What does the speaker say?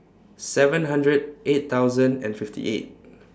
seven hundred eight thousand and fifty eight